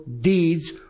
deeds